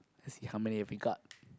let's see how many you pick up